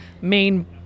main